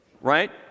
right